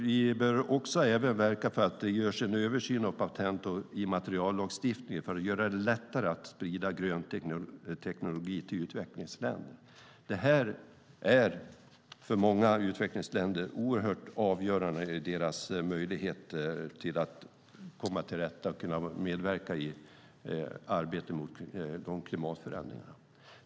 Vi bör även verka för att det görs en översyn av patent och immateriallagstiftningen för att göra det lättare att sprida grön teknik till utvecklingsländer. Det är för många utvecklingsländer oerhört avgörande för deras möjligheter att komma till rätta med problem och kunna medverka i arbetet mot klimatförändringarna.